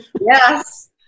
Yes